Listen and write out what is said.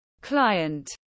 Client